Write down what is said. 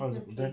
how's it then